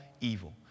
evil